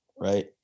right